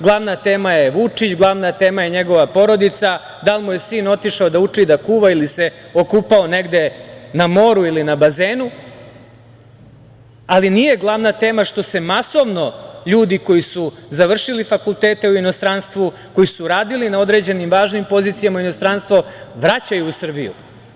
Glavna tema je Vučić, glavna tema je njegova porodica, da li mu je sin otišao da uči da kuva ili se okupao negde na moru ili na bazenu, ali nije glavna tema što se masovno ljudi koji su završili fakultete u inostranstvu, koji su radili na određenim važnim pozicijama u inostranstvu vraćaju u Srbiju.